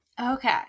okay